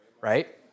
right